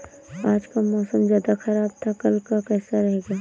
आज का मौसम ज्यादा ख़राब था कल का कैसा रहेगा?